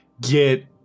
get